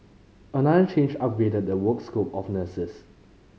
another change upgraded the work scope of nurses